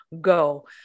go